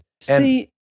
See